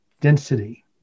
density